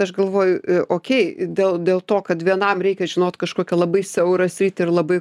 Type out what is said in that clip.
aš galvoju okei dėl dėl to kad vienam reikia žinot kažkokią labai siaurą sritį ir labai